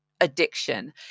addiction